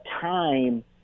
time